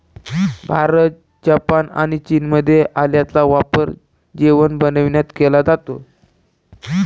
Bharat, Japan आणि चीनमध्ये आल्याचा वापर जेवण बनविण्यात केला जातो